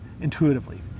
intuitively